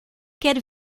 quer